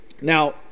Now